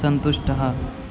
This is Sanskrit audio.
सन्तुष्टः